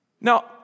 Now